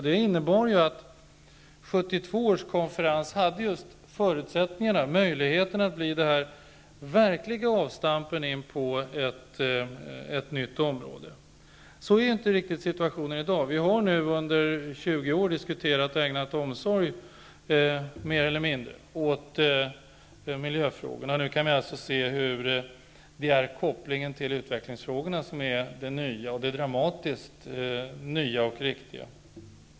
Det innebar att 1972 års konferens hade förutsättningar att bli det verkliga avstampet in på ett nytt område. Den situationen har vi inte riktigt i dag. Vi har nu under 20 år diskuterat och ägnat omsorg, mer eller mindre, åt miljöfrågorna, och nu kan vi se hur det är kopplingen till utvecklingsfrågorna som är det dramatiskt nya och viktiga.